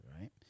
right